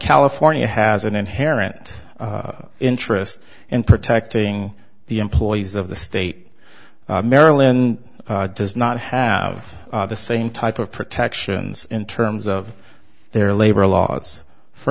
california has an inherent interest in protecting the employees of the state of maryland does not have the same type of protections in terms of their labor laws for